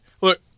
look